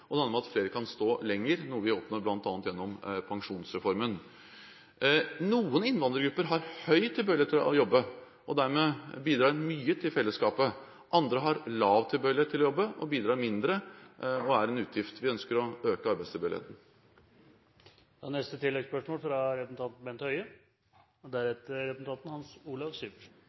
og det handler om at flere kan stå lenger, noe vi oppnår gjennom bl.a. pensjonsreformen. Noen innvandrergrupper har høy tilbøyelighet til å jobbe og bidrar dermed mye til fellesskapet. Andre har lav tilbøyelighet til å jobbe, bidrar mindre og er en utgift. Vi ønsker å øke arbeidstilbøyeligheten. Bent Høie – til oppfølgingsspørsmål. I sitt svar til representanten